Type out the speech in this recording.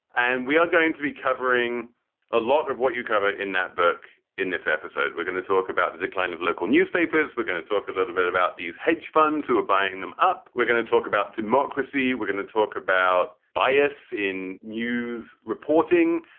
and we are going to be covering a lot of what you cover in that book. in this episode, we're going to talk about the decline of local newspapers. we're going to talk a little bit about these hedge funds who are buying them up. we're going to talk about democracy. we're going to talk about bias in news reporting.